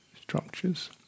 structures